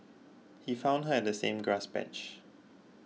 he found her at the same grass patch